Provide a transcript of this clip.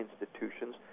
institutions